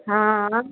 हँ